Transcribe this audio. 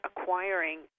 acquiring